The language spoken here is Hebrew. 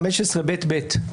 סעיף 15ב (ב).